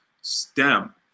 STEM